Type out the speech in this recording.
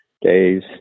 days